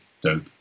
dope